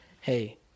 hey